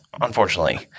unfortunately